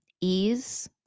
ease